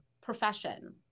profession